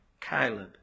Caleb